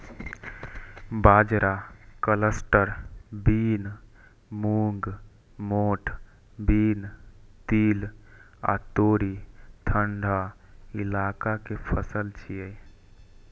बाजरा, cluster bean, मूंग, मोठ बीन, तिल आ तोरी ठंढा इलाका के फसल छियै